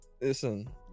Listen